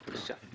בבקשה.